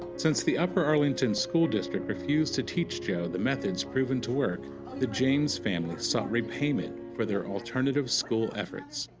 since the upper arlington school district refused to teach joe the methods proven to work the james family sought repayment for their alternative school efforts.